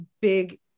big